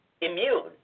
immune